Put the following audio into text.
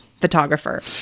photographer